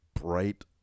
bright